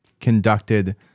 conducted